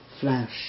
Flash